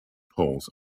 poles